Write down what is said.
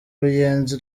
ruyenzi